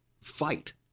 fight